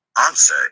Answer